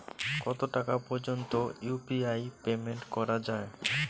কত টাকা পর্যন্ত ইউ.পি.আই পেমেন্ট করা যায়?